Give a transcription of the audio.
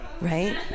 right